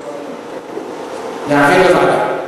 מבקש להעביר לוועדה.